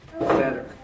better